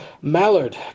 Mallard